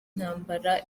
intambara